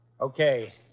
Okay